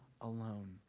alone